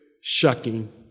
shucking